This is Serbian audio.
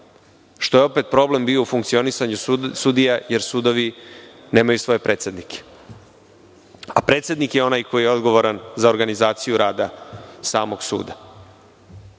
što je opet problem bio u funkcionisanju sudija, jer sudovi nemaju svoje predsednike, a predsednik je onaj koji je odgovoran za organizaciju rada samog suda